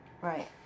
Right